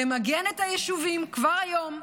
למגן את היישובים כבר היום,